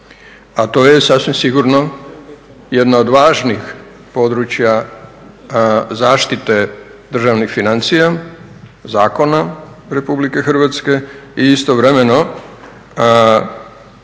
A to je sasvim sigurno jedna od važnih područja zaštite državnih financija, zakona Republike Hrvatske i istovremeno